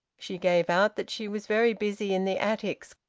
she gave out that she was very busy in the attics,